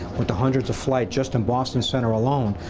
with the hundreds of flights just in boston center alone,